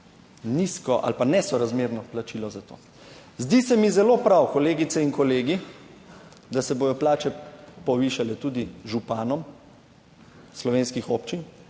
nizko ali pa nesorazmerno plačilo za to. Zdi se mi zelo prav, kolegice in kolegi, da se bodo plače povišale tudi županom slovenskih občin.